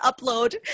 upload